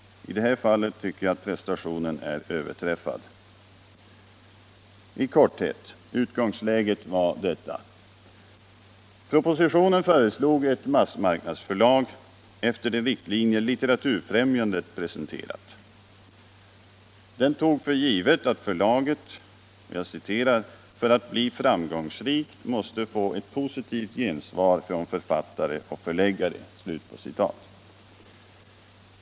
I detta fall har den prestationen överträffats. Utgångsläget var i korthet detta: Propositionen föreslog ett massmarknadsförlag efter de riktlinjer Litteraturfriämjandet presenterat. Den tog för givet, att förlaget ”för att bli framgångsrikt måste få ett positivt gensvar från författare och förläggare”.